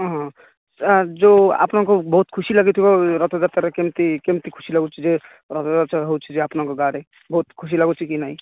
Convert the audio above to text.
ହଁ ହଁ ସାର୍ ଯେଉଁ ଆପଣଙ୍କୁ ବହୁତ ଖୁସି ଲାଗୁଥିବ ରଥଯାତ୍ରାରେ କେମିତି କେମିତି ଖୁସି ଲାଗୁଛି ଯେ ରଥଯାତ୍ରା ହେଉଛି ଯେ ଆପଣଙ୍କ ଗାଁରେ ବହୁତ ଖୁସି ଲାଗୁଛି କି ନାହିଁ